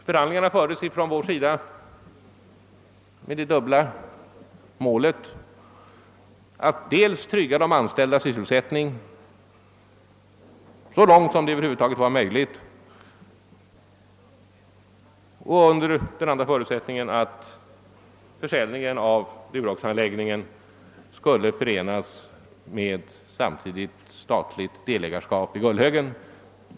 Från vår sida fördes förhandlingarna med det dubbla målet att trygga de anställdas sysselsättning så långt detta var möjligt och att förena försäljningen av Duroxanläggningen med ett statligt delägarskap i Gullhögen.